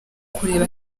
kureba